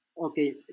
Okay